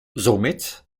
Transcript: somit